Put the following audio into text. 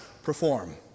perform